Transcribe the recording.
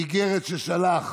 באיגרת ששלח